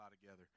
together